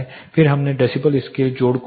फिर हमने decibel scale जोड़ को देखा